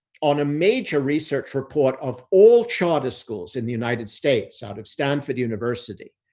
on a major research report of all charter schools in the united states out of stanford university,